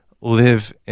live